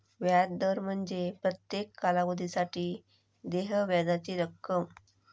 व्याज दर म्हणजे प्रत्येक कालावधीसाठी देय व्याजाची रक्कम